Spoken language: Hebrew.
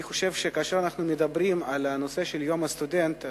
אני חושב שכאשר אנחנו מדברים על יום הסטודנט,